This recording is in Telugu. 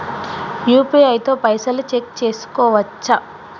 యూ.పీ.ఐ తో పైసల్ చెక్ చేసుకోవచ్చా?